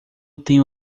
tenho